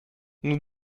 nous